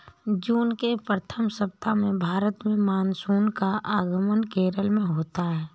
जून के प्रथम सप्ताह में भारत में मानसून का आगमन केरल में होता है